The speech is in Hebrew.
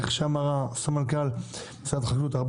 כמו שאמר סמנכ"ל משרד החקלאות,